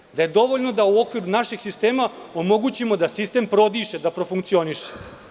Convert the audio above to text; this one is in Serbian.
Mislio sam da je dovoljno da u okviru našeg sistema omogućimo da sistem prodiše, da profunkcioniše.